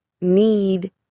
need